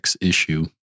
issue